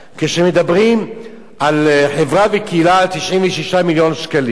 כשמדברים על חברה וקהילה 96 מיליון שקלים,